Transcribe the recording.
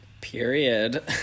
period